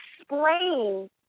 explain